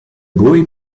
boy